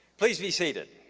please be seated.